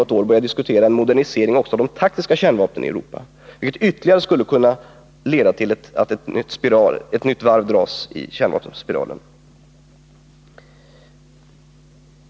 Att nu börja diskutera en ytterligare modernisering av de taktiska kärnvapnen i Europa kan betyda att ett nytt varv dras i kärnvapenspiralen.